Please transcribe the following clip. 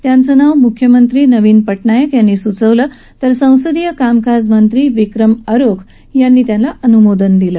त्यांचं नाव म्ख्यमंत्री नवीन पटनाईक यांनी सुचवलं तर संसदीय कामकाजमंत्री बिक्रम अरुख यांनी त्याला अन्मोदन दिलं